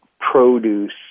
produce